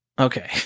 Okay